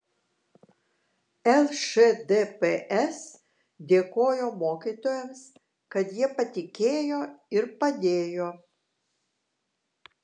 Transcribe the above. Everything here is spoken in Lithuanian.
lšdps dėkojo mokytojams kad jie patikėjo ir padėjo